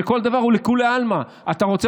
שכל דבר הוא לכולי עלמא: אתה רוצה,